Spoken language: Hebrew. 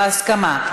בהסכמת הממשלה,